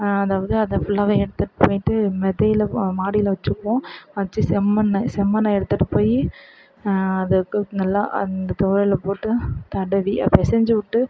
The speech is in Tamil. அதாவது அதை ஃபுல்லாகவே பண்ணிட்டு விதையில மாடியில் வச்சிக்குவோம் வச்சி செம்மண்ணை செம்மண்ணை எடுத்துட்டுப் போய் அதுக்கு நல்லா அந்த துவரைல போட்டுத் தடவி பிசஞ்சு விட்டு